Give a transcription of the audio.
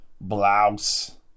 blouse